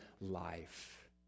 life